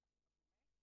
רווחה וכדומה.